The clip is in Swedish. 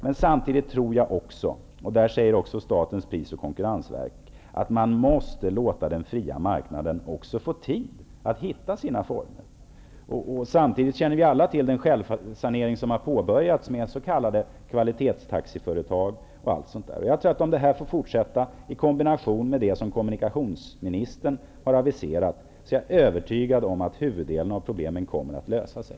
Men jag tror också, liksom Statens pris och konkurrensverk, att man måste låta den fria marknaden få tid att hitta sina former. Vi känner alla till den självsanering med s.k. kvalitetstaxiföretag vilken har påbörjats osv. Om detta får fortsätta, i kombination med det som kommunikationsministern har aviserat, är jag övertygad om att huvuddelen av problemen kommer att lösa sig.